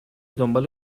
دنبال